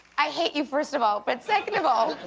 i hate you, first of all, but second of all,